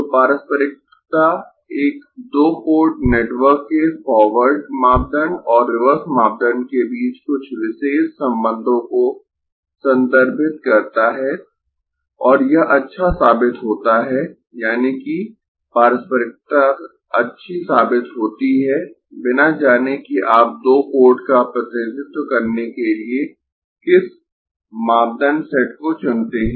तो पारस्परिकता एक दो पोर्ट नेटवर्क के फॉरवर्ड मापदंड और रिवर्स मापदंड के बीच कुछ विशेष संबंधों को संदर्भित करता है और यह अच्छा साबित होता है यानी कि पारस्परिकता अच्छी साबित होती है बिना जाने कि आप दो पोर्ट का प्रतिनिधित्व करने के लिए किस मापदंड सेट को चुनते है